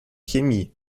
chemie